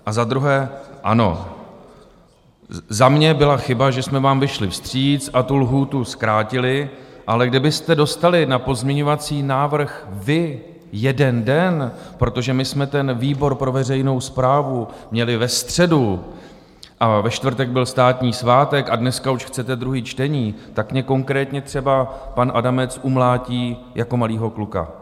A za druhé, ano, za mě byla chyba, že jsme vám vyšli vstříc a tu lhůtu zkrátili, ale kdybyste dostali na pozměňovací návrh vy jeden den, protože my jsme výbor pro veřejnou správu měli ve středu, ve čtvrtek byl státní svátek a dneska už chcete druhé čtení, tak mě konkrétně třeba pan Adamec umlátí jako malýho kluka.